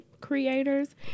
creators